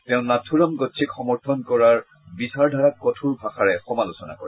তেওঁ নাথুৰাম গডছেক সমৰ্থন কৰাৰ বিচাৰধাৰাক কঠোৰ ভাষাৰে সমালোচনা কৰে